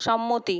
সম্মতি